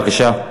בבקשה.